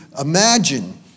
Imagine